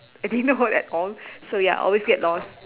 if he know at all so ya always get lost